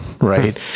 right